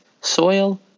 soil